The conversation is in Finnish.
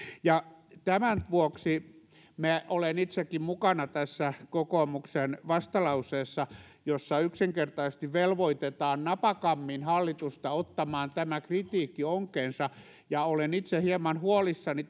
tämän vuoksi minä olen itsekin mukana tässä kokoomuksen vastalauseessa jossa yksinkertaisesti velvoitetaan napakammin hallitusta ottamaan tämä kritiikki onkeensa ja olen itse hieman huolissani